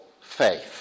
faith